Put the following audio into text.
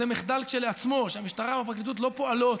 זה מחדל בפני שעצמו שהמשטרה או הפרקליטות לא פועלות